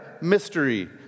mystery